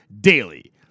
DAILY